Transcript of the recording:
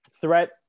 threat